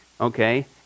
Okay